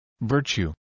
Virtue